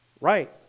Right